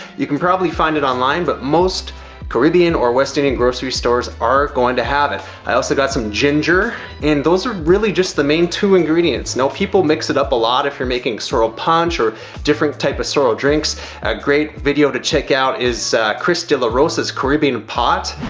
you can probably find it online, but most caribbean or west indian grocery stores are going to have it. i also got some ginger, and those are really just the main two ingredients. now, people mix it up a lot. if you're making sorrel punch or different type of sorrel drinks, a great video to check out is chris de la rosa's caribbean pot.